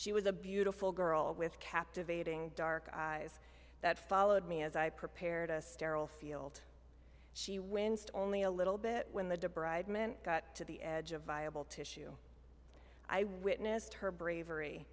she was a beautiful girl with captivating dark eyes that followed me as i prepared a sterile field she winced only a little bit when the debris men got to the edge of viable tissue i witnessed her bravery